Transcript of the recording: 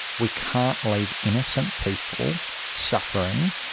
we can't leave innocent people suffering,